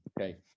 okay